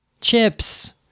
Chips